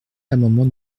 l’amendement